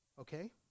Okay